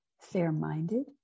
fair-minded